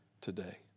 today